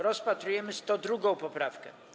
Rozpatrujemy 102. poprawkę.